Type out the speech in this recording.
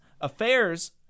Affairs